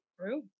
True